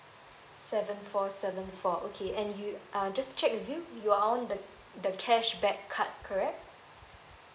seven four seven four okay and you uh just check with you you are on the the cashback card correct